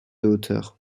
hauteur